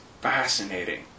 fascinating